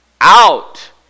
out